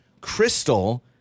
Crystal